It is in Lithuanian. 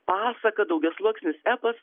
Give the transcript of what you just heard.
pasaka daugiasluoksnis epas